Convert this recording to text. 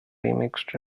remixed